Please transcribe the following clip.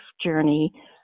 journey